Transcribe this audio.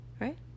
right